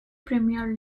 premier